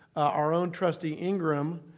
our own trustee ingram,